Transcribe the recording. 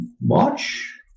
March